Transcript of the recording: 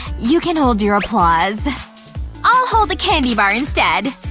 you can hold your applause i'll hold the candy bar instead!